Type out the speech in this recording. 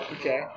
Okay